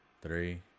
Three